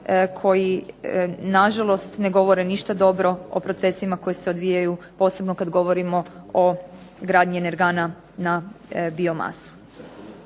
koji nažalost ne govore ništa dobro o procesima koji se odvijaju, posebno kad govorimo o gradnji energana na biomasu.